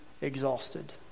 exhausted